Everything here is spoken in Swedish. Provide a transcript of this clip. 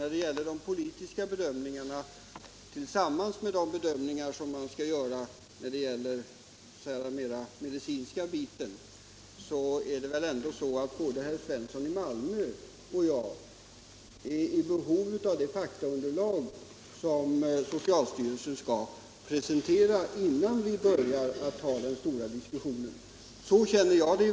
När det gäller de politiska bedömningarna tillsammans med de bedömningar man skall göra på det mer medicinska avsnittet är väl både herr Svensson i Malmö och jag i behov av det faktaunderlag som socialstyrelsen skall presentera innan vi börjar den stora diskussionen. Så känner jag det.